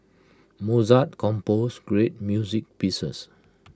Mozart composed great music pieces